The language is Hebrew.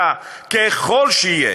רע ככל שיהיה,